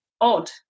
odd